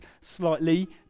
slightly